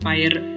Fire